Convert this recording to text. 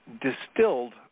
distilled